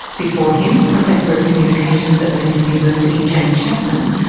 before him, professor of communications at lincoln university, jane chapman,